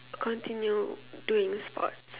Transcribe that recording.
continue doing sports